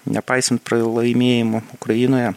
nepaisant pralaimėjimų ukrainoje